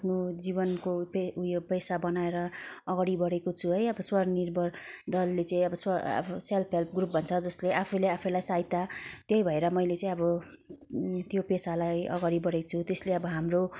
आफ्नो जीवनको उयो पेसा बनाएर अगाडि बढेको छु है अब स्वनिर्भर दलले चाहिँ अब स्व सेल्फ हेल्प ग्रुप भन्छ जसले आफूले आफूलाई सहायता त्यही भएर मैले चाहिँ अब त्यो पेसालाई अगाडि बढाको छु त्यसले अब हाम्रो